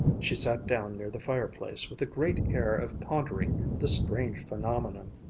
she sat down near the fireplace with a great air of pondering the strange phenomenon.